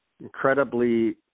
Incredibly